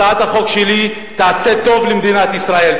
הצעת החוק שלי תעשה טוב למדינת ישראל.